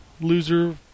loser